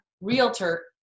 realtor